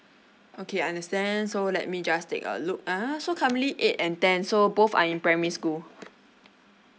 okay understand so let me just take a look uh so currently eight and ten so both are in primary school